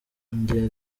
njye